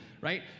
right